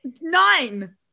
Nine